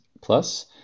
plus